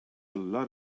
lot